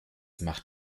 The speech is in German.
macht